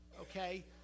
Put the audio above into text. okay